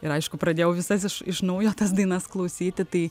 ir aišku pradėjau visas iš naujo tas dainas klausyti tai